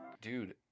Dude